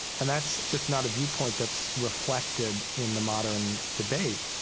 and that's just not a viewpoint that's reflected in the modern debate.